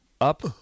Up